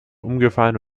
umgefallen